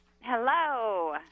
Hello